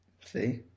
See